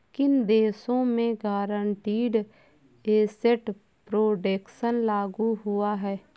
किन देशों में गारंटीड एसेट प्रोटेक्शन लागू हुआ है?